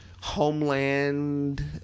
Homeland